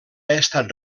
estat